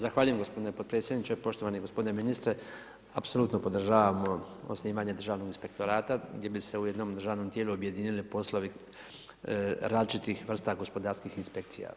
Zahvaljujem potpredsjedniče, poštovani gospodine ministre, apsolutno podržavamo osnivanje državnog inspektorata, gdje bi se u jednom državnom tijelu objedinili poslovi različitih vrsta gospodarskih inspekcija.